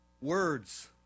Words